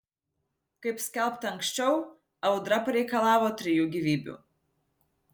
kaip skelbta anksčiau audra pareikalavo trijų gyvybių